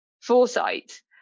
foresight